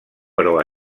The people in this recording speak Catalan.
però